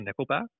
Nickelback